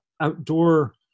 outdoor